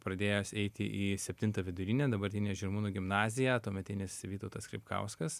pradėjęs eiti į septintą vidurinę dabartinę žirmūnų gimnaziją tuometinis vytautas skripkauskas